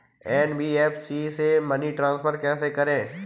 NBFC से money transfer कैसे करें?